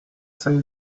say